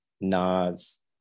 Nas